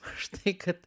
užtai kad